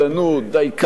דייקנות,